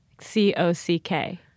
C-O-C-K